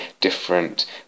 different